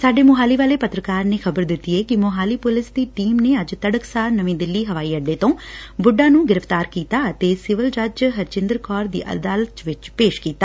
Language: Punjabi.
ਸਾਡੇ ਮੁਹਾਲੀ ਵਾਲੇ ਪੱਤਰਕਾਰ ਨੇ ਖ਼ਬਰ ਦਿੱਤੀ ਏ ਕਿ ਮੁਹਾਲੀ ਪੁਲਿਸ ਦੀ ਟੀਮ ਨੇ ਅੱਜ ਤੜਕਸਾਰ ਨਵੀਂ ਦਿੱਲੀ ਹਵਾਈ ਅੱਡੇ ਤੋਂ ਬੁੱਢਾ ਨੂੰ ਗ੍ਰਿਫ਼ਤਾਰ ਕੀਤਾ ਅਤੇ ਸਿਵਲ ਜੱਜ ਹਰਜਿਦਰ ਕੌਰ ਦੀ ਅਦਾਲਤ ਵਿਚ ਪੇਸ ਕੀਤਾ